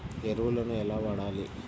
ఎరువులను ఎలా వాడాలి?